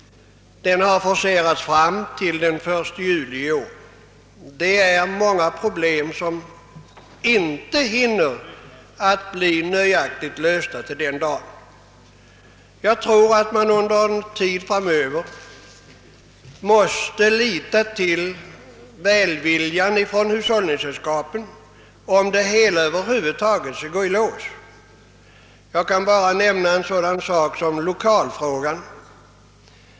Den har forcerats fram till den 1 juli i år. Många problem hinner inte bli nöjaktigt lösta till den dagen. Jag tror att man under en tid framöver måste lita till hushållningssällskapens välvilja, om det hela över huvud taget skall gå i lås. Jag behöver bara nämna lokalfrågan.